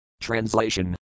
TRANSLATION